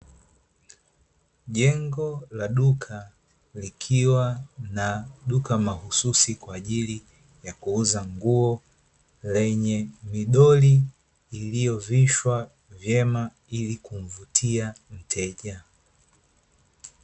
Jengo la duka, likiwa na duka mahususi kwa ajili ya kuuza nguo, lenye midoli iliyovishwa vyema ili kumvutia mteja.